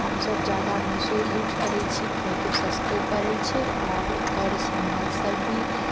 हम सभ जादा मीशो यूज करय छी किएककि ओ सस्तो पड़य छै आओर ओकर सामान सभ भी